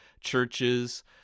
churches